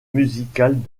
musicales